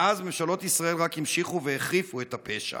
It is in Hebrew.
מאז ממשלות ישראל רק המשיכו והחריפו את הפשע.